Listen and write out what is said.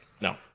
no